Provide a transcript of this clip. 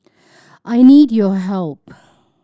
I need your help